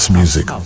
music